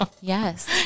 yes